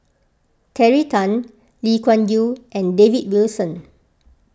Terry Tan Lee Kuan Yew and David Wilson